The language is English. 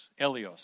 Elios